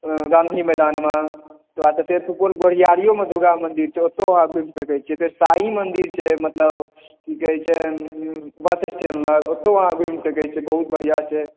गाँधी मैदानमे बरिआरियोमे दुर्गा मंदिर छै ओतौ अहाँ घुमि सकै छी फेर साई मन्दिर छै मतलब की कहै छै बस स्टेण्ड लग ओतौ अहाँ घुमि सकै छी बहुत बढ़िऑं छै